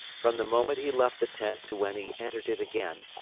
from the moment he left the tent to when he entered it again,